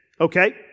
okay